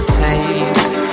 taste